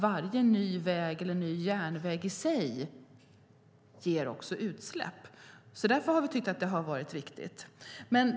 Varje ny väg eller ny järnväg i sig ger utsläpp. Därför har vi tyckt att underhåll har varit viktigt.